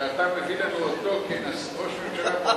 שאתה מביא לנו אותו כראש ממשלה?